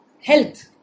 health